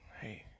hey